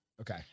Okay